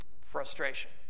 Frustration